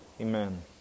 Amen